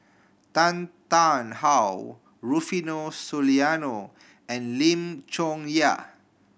Tan Tarn How Rufino Soliano and Lim Chong Yah